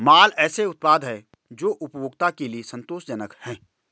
माल ऐसे उत्पाद हैं जो उपभोक्ता के लिए संतोषजनक हैं